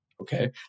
okay